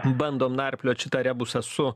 bandom narpliot šitą rebusą su